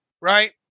right